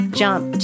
jump